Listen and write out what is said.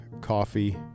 coffee